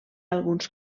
alguns